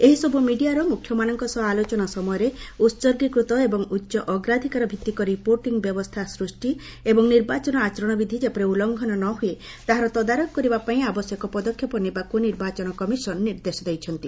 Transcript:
ଏହିସବୁ ମିଡ଼ିଆର ମୁଖ୍ୟମାନଙ୍କ ସହ ଆଲୋଚନା ସମୟରେ ଉତ୍ଗୀକୃତ ଏବଂ ଉଚ୍ଚ ଅଗ୍ରାଧିକାର ଭିଭିକ ରିପୋର୍ଟିଂ ବ୍ୟବସ୍ଥା ସୃଷ୍ଟି ଏବଂ ନିର୍ବାଚନ ଆଚରଣ ବିଧି ଯେପରି ଉଲ୍ଲ୍ଲଘନ ନ ହୁଏ ତାହାର ତଦାରଖ କରିବା ପାଇଁ ଆବଶ୍ୟକ ପଦକ୍ଷେପ ନେବାକୁ ନିର୍ବାଚନ କମିଶନ ନିର୍ଦ୍ଦେଶ ଦେଇଛନ୍ତି